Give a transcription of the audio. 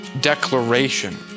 declaration